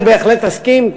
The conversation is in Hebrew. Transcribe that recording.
אני בהחלט אסכים,